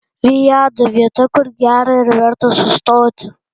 viada vieta kur gera ir verta sustoti